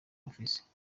bafise